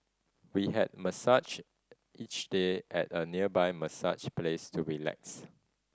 we had massage each day at a nearby massage place to relax